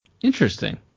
Interesting